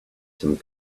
some